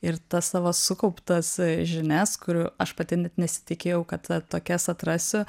ir tas savo sukauptas žinias kurių aš pati net nesitikėjau kad tokias atrasiu